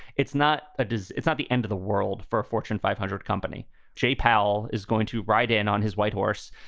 it's not ah a it's not the end of the world for a fortune five hundred company jay powell is going to write in on his white horse